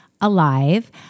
Alive